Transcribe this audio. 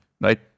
right